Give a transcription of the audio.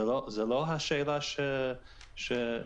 זאת לא השאלה שנשאלנו.